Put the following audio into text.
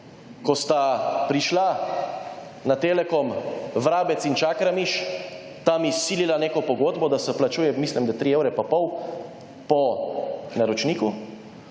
ko sta prišla na Telekom Vrabec in Čakarmiš, tam izsilila neko pogodbo, da se plačuje, mislim da 3 evre in pol po naročniku,